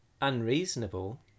unreasonable